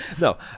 no